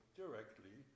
directly